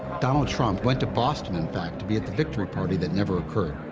donald trump went to boston, in fact, to be at the victory party that never occurred.